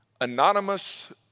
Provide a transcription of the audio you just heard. anonymous